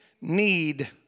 need